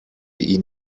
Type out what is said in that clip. ihn